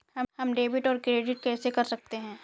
हम डेबिटऔर क्रेडिट कैसे कर सकते हैं?